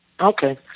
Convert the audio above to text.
Okay